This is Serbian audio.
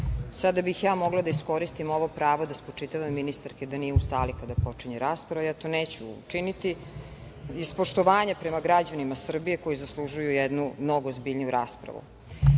sada bih ja mogla da iskoristim ovo pravo da spočitavam ministarki da nije u sali kada počinje rasprava, ali ja to neću učiniti, iz poštovanja prema građanima Srbije koji zaslužuju jednu mnogo ozbiljniju raspravu.